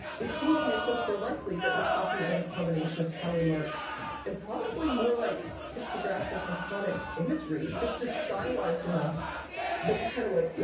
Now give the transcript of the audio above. it seems to me it's much more likely that we're talking about a combination of tally marks and probably more like pictographic iconic imagery that's just stylized enough that we kind of went, ooh,